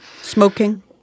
Smoking